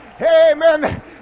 amen